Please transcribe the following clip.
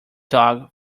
dog